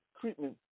treatment